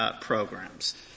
programs